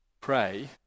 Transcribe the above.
Pray